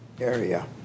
area